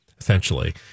Essentially